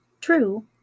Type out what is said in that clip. True